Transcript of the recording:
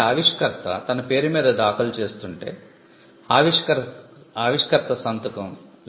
కాబట్టి ఆవిష్కర్త తన పేరు మీద దాఖలు చేస్తుంటే ఆవిష్కర్త సంతకం